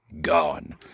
gone